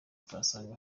utasanga